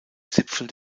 zipfel